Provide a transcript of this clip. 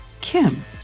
Kim